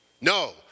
No